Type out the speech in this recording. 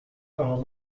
are